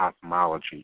cosmology